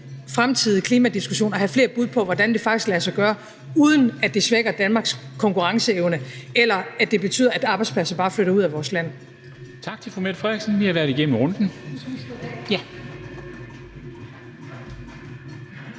fremtidige klimadiskussion at have flere bud på, hvordan det faktisk kan lade sig gøre, uden at det svækker Danmarks konkurrenceevne eller betyder, at arbejdspladser bare flytter ud af vores land. Kl. 13:25 Formanden (Henrik Dam Kristensen):